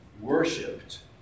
worshipped